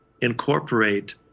incorporate